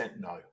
no